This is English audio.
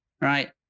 right